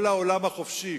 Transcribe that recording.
כל העולם החופשי,